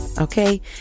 Okay